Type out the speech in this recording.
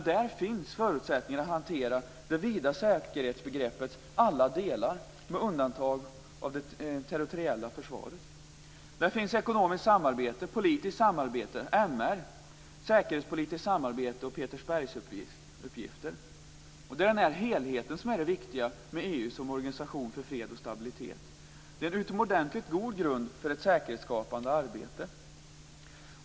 Där finns förutsättningar att hantera det vida säkerhetsbegreppets alla delar med undantag av det territoriella försvaret. Där finns ekonomiskt samarbete, politiskt samarbete, MR, säkerhetspolitiskt samarbete och Petersbergsuppgifter. Det är helheten som är det viktiga med EU som organisation för fred och stabilitet. Det är en utomordentligt god grund för ett säkerhetsskapande arbete.